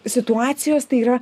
situacijos tai yra